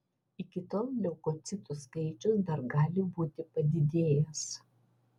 iki tol leukocitų skaičius dar gali būti padidėjęs